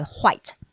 white